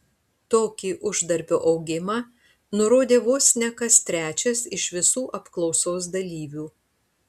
tokį uždarbio augimą nurodė vos ne kas trečias iš visų apklausos dalyvių